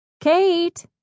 Kate